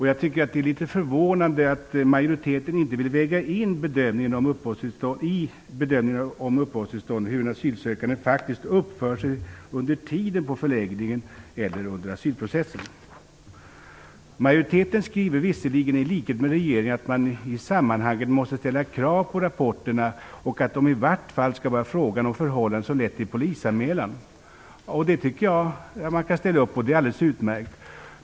Jag tycker att det är litet förvånande att majoriteten inte vill väga in i bedömningen om uppehållstillstånd hur en asylsökande faktiskt uppför sig under tiden på förläggningen eller under asylprocessen. Majoriteten skriver visserligen i likhet med regeringen att man i sammanhanget måste ställa krav på rapporterna och på att det i varje fall skall vara fråga om förhållanden som lett till polisanmälan. Det tycker jag att man kan ställa upp på. Det är alldeles utmärkt.